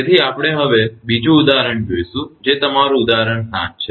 તેથી આપણે હવે બીજું ઉદાહરણ જોઇશું જે તમારું ઉદાહરણ 7 છે